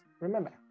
Remember